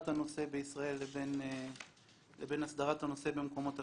הנושא בישראל לבין הסדרת הנושא במקומות אחרים.